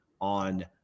on